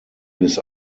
bis